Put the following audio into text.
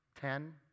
ten